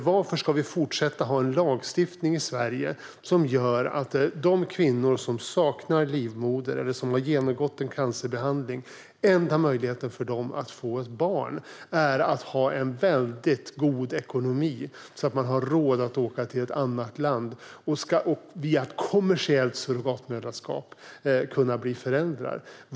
Varför ska vi fortsätta att ha en lagstiftning i Sverige som gör att den enda möjligheten för de kvinnor som saknar livmoder eller som har genomgått en cancerbehandling att få ett barn är att ha en väldigt god ekonomi för att man ska ha råd att åka till ett annat land och via ett kommersiellt surrogatmoderskap kunna bli föräldrar?